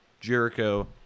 Jericho